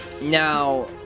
Now